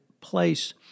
place